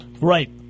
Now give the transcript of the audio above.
Right